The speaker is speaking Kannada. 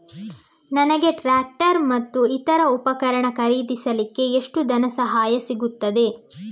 ನನಗೆ ಟ್ರ್ಯಾಕ್ಟರ್ ಮತ್ತು ಇತರ ಉಪಕರಣ ಖರೀದಿಸಲಿಕ್ಕೆ ಎಷ್ಟು ಧನಸಹಾಯ ಸಿಗುತ್ತದೆ?